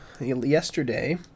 yesterday